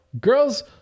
Girls